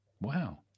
Wow